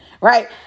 right